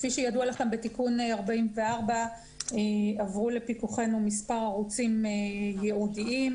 כפי שידוע לכם בתיקון 44 עברו לפיקוחנו מספר ערוצים ייעודיים,